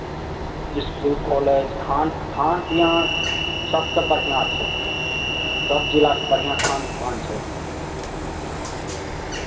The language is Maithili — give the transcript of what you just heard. इसकुल कॉलेज खान खान पिअन सभसँ बढ़िआँ छै सभ जिलासँ बढ़िआँ खान पान छै हँ